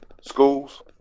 schools